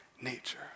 nature